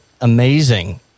amazing